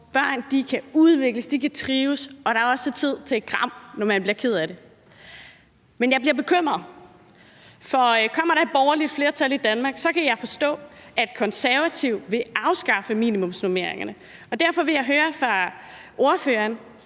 børn kan udvikles, kan trives, og der også er tid til kram, når man bliver ked af det. Men jeg bliver bekymret, for kommer der et borgerligt flertal i Danmark, kan jeg forstå at Konservative vil afskaffe minimumsnormeringerne. Derfor vil jeg høre ordføreren: